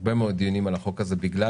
הרבה מאוד דיונים על החוק הזה בגלל